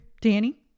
Danny